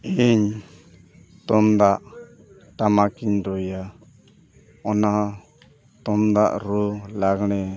ᱤᱧ ᱛᱩᱢᱫᱟᱜ ᱴᱟᱢᱟᱠᱤᱧ ᱨᱩᱭᱟ ᱚᱱᱟ ᱛᱩᱢᱫᱟᱜ ᱨᱩ ᱞᱟᱜᱽᱬᱮ